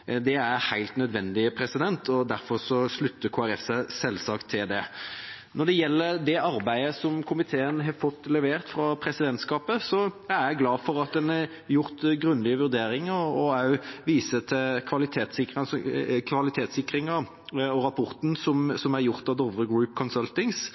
Det er helt nødvendig, og derfor slutter Kristelig Folkeparti seg selvsagt til det. Når det gjelder det arbeidet som komiteen har fått levert fra presidentskapet, er jeg glad for at en har gjort grundige vurderinger og også viser til kvalitetssikringen og rapporten som